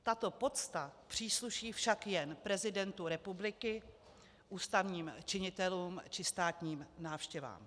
Tato pocta přísluší však jen prezidentu republiky, ústavním činitelům či státním návštěvám.